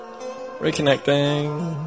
Reconnecting